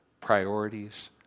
priorities